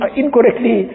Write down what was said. incorrectly